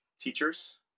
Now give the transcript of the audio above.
teachers